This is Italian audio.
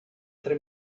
tre